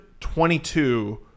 22